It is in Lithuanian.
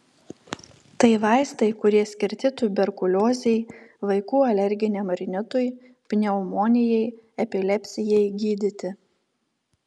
tai vaistai kurie skirti tuberkuliozei vaikų alerginiam rinitui pneumonijai epilepsijai gydyti